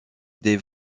des